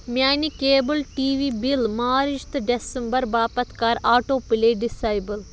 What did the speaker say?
میٛانہِ cable TV bill March تہٕ December باپتھ کَر آٹوٗ پُلے ڈِسایبُل